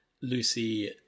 Lucy